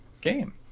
game